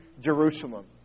Jerusalem